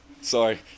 Sorry